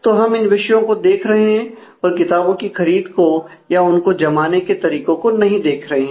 तो हम इन विषयों को देख रहे हैं और किताबों की खरीद को या उनको जमाने के तरीकों को नहीं देख रहे हैं